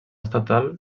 estatal